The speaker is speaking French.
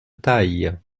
taille